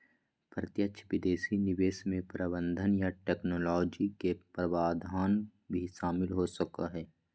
प्रत्यक्ष विदेशी निवेश मे प्रबंधन या टैक्नोलॉजी के प्रावधान भी शामिल हो सको हय